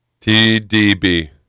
TDB